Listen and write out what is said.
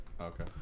Okay